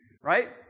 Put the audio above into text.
right